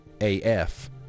AF